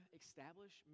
establish